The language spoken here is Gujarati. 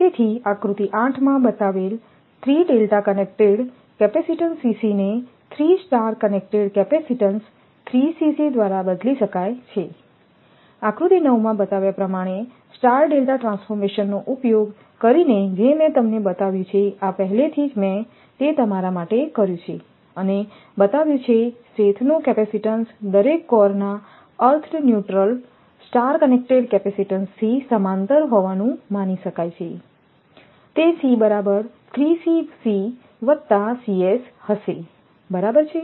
તેથી આકૃતિ 8માં બતાવેલ 3 ડેલ્ટા કનેક્ટેડ કેપેસિટીન્સ ને 3 સ્ટાર કનેક્ટેડ કેપેસિટીન્સ દ્વારા બદલી શકાય છે આકૃતિ 9 માં બતાવ્યા પ્રમાણે સ્ટાર ડેલ્ટા ટ્રાન્સફોર્મેશનનો ઉપયોગ કરીને જે મે તમને બતાવ્યું છે આ પહેલેથી જ મેં તે તમારા માટે કર્યું છે અને બતાવ્યું છે શેથનો કેપેસિટીન્સ દરેક કોરના અર્થડ ન્યુટ્રલ સ્ટાર કનેક્ટેડ કેપેસિટીન્સથી સમાંતર હોવાનું માની શકાય છે તે C બરાબર હશેબરાબર છે